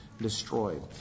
destroyed